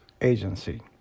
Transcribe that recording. agency